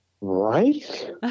Right